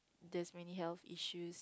there's many health issue